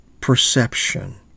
perception